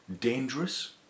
dangerous